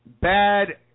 bad